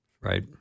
Right